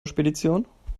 spedition